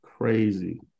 Crazy